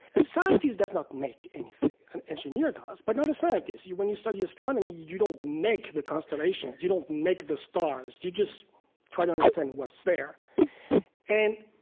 a scientist does not make anything. an engineer does, but not a scientist. when you study astronomy, you you don't make the constellations. you don't make the stars. you just try to understand what's there and,